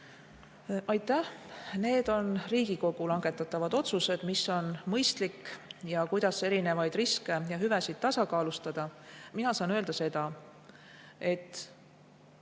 Aitäh! Need on Riigikogu langetatavad otsused: mis on mõistlik ja kuidas erinevaid riske ja hüvesid tasakaalustada. Mina saan öelda seda, et